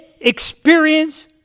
experience